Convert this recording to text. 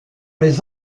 les